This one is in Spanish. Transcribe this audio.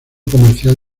comercial